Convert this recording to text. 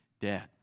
dead